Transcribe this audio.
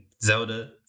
Zelda